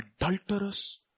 adulterous